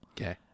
okay